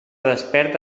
despert